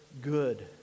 Good